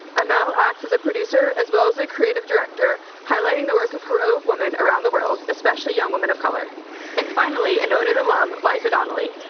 um amel acts as a producer as well as a creative director, highlighting the work of heroic women around the world, especially young women of color and finally, an own it alum, liza donnelly.